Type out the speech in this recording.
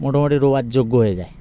মোটামুটি রোয়ার যোগ্য হয়ে যায়